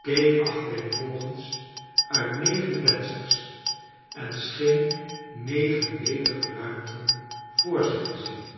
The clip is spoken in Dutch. keek achtereenvolgens uit negen vensters en scheen negen ledige ruimten voor zich te zien